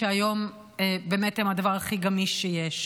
שהיום באמת הם הדבר הכי גמיש שיש.